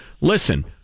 Listen